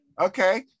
Okay